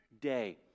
day